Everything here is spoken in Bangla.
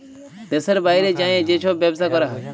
দ্যাশের বাইরে যাঁয়ে যে ছব ব্যবছা ক্যরা হ্যয়